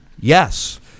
Yes